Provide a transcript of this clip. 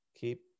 Keep